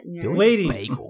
Ladies